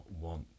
want